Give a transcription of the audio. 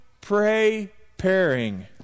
preparing